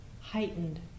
heightened